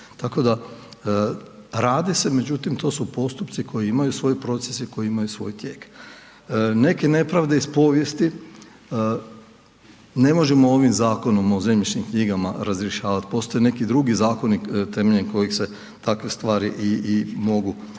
tako da radi se, međutim to su postupci koji imaju svoje procese i koji imaju svoj tijek. Neke nepravde iz povijesti, ne možemo ovim zakonom o zemljišnim knjigama razrješavat, postoje neki drugi zakoni temeljem kojih se takve stvari i mogu napraviti